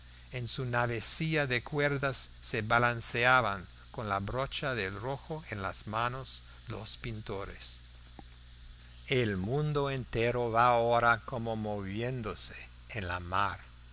en su navecilla de cuerdas se balanceaban con la brocha del rojo en las manos los pintores el mundo entero va ahora como moviéndose en la mar